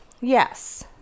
yes